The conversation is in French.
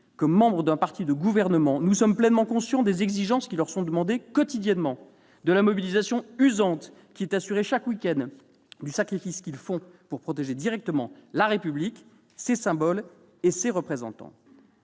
que membres d'un parti de gouvernement, nous sommes pleinement conscients des exigences auxquelles ils sont soumis quotidiennement, de la mobilisation usante qu'ils assurent chaque week-end, du sacrifice qu'ils font pour protéger directement la République, ses symboles et ses représentants.